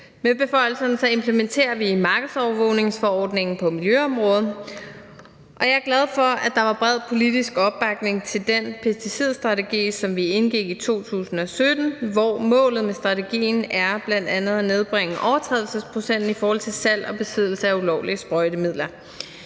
Med beføjelserne implementerer vi markedsovervågningsforordningen på miljøområdet, og jeg er glad for, at der var bred politisk opbakning til den pesticidstrategi, som vi indgik aftale om i 2017, hvor målet med strategien bl.a. er at nedbringe overtrædelsesprocenten i forhold til salg og besiddelse af ulovlige sprøjtemidler.